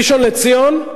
ראשון-לציון,